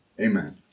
Amen